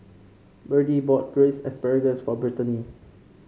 Birdie bought Braised Asparagus for Brittaney